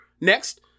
next